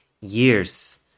years